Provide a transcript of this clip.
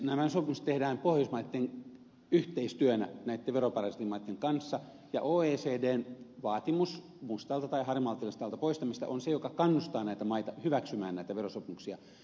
nämä sopimuksethan tehdään pohjoismaitten yhteistyönä näitten veroparatiisimaitten kanssa ja oecdn vaatimus mustalta tai harmaalta listalta poistamisesta on se joka kannustaa näitä maita hyväksymään näitä verosopimuksia